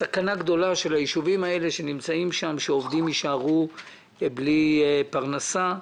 יש סכנה גדולה שעובדים יישארו בלי פרנסה.